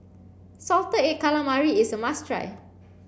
salted egg calamari is a must try